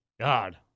God